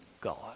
God